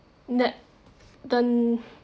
net done